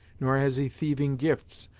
nor has he thieving gifts.